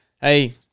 hey